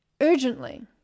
urgently